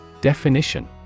Definition